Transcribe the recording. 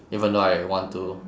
even though I want to